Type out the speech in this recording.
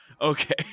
okay